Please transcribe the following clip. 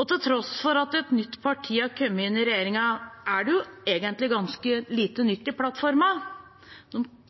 Og til tross for at et nytt parti har kommet inn i regjeringen, er det jo egentlig ganske lite nytt i plattformen.